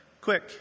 Quick